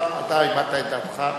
אתה הבעת את דעתך,